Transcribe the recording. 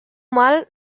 mal